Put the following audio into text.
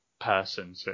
person